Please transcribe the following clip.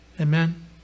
Amen